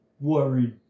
worried